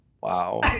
Wow